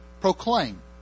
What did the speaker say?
Proclaim